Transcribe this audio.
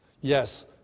Yes